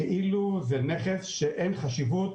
כאילו זה נכס שאין לו חשיבות,